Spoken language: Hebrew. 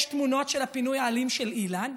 יש תמונות של הפינוי האלים של אילן,